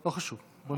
לא חשוב.